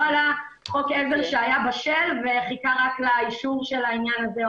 לא עלה חוק עזר שהיה בשל וחיכה רק לאישור של העניין הזה.